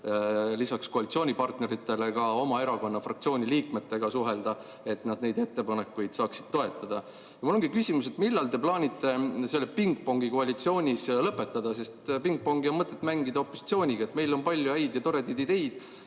lisaks koalitsioonipartneritele ka oma erakonna fraktsiooni liikmetega suhelda, et nad neid ettepanekuid saaksid toetada. Mul ongi küsimus, et millal te plaanite selle pingpongi koalitsioonis lõpetada. Pingpongi on mõtet mängida opositsiooniga – meil on palju häid ja toredaid ideid